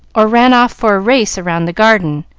or ran off for a race round the garden,